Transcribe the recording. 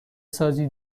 سازی